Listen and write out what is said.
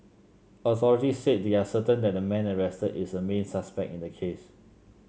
authorities said they are certain that the man arrested is a main suspect in the case